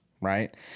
Right